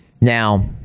Now